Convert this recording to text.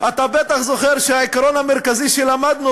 אתה בטח זוכר שהעיקרון המרכזי שלמדנו